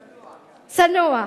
צנוע,